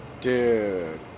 Dude